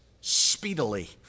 speedily